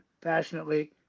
passionately